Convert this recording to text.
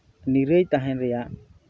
ᱱᱤᱨᱟᱹᱭ ᱛᱟᱦᱮᱱ ᱨᱮᱭᱟᱜ